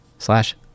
slash